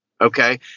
okay